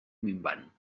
minvant